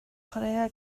chwaraea